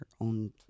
own